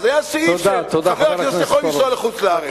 היה סעיף שחבר כנסת יכול לנסוע לחוץ-לארץ.